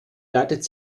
leitet